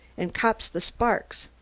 an' cops the sparks.